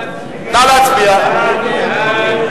סעיף 26,